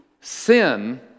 sin